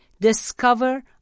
discover